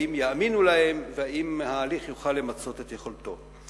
האם יאמינו להן והאם ההליך יוכל למצות את יכולתו.